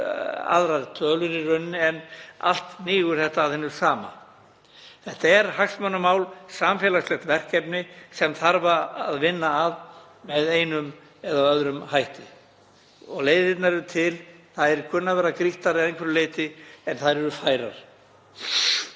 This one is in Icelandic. aðrar tölur í rauninni en allt hnígur þetta að hinu sama. Þetta er hagsmunamál, samfélagslegt verkefni sem þarf að vinna að með einum eða öðrum hætti. Leiðirnar eru til. Þær kunna að vera grýttari að einhverju leyti en þær eru færar.